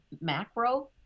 macro